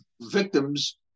victims